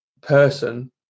person